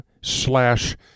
slash